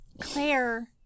Claire